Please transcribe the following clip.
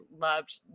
loved